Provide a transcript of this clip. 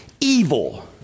evil